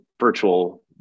virtual